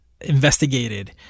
investigated